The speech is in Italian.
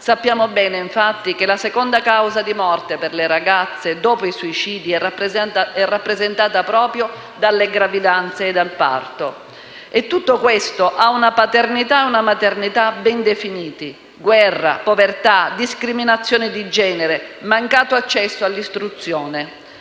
Sappiamo bene, infatti, che la seconda causa di morte per le ragazze, dopo i suicidi, è rappresentata proprio dalle gravidanze e dal parto. E tutto questo ha una paternità e una maternità bei definiti: guerra, povertà, discriminazione di genere, mancato accesso all'istruzione.